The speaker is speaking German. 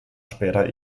später